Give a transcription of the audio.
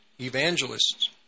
evangelists